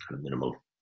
minimal